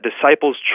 disciples